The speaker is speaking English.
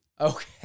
Okay